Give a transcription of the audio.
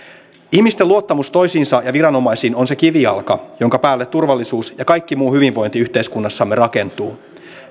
ihmisten luottamus toisiinsa ja viranomaisiin on se kivijalka jonka päälle turvallisuus ja kaikki muu hyvinvointi yhteiskunnassamme rakentuu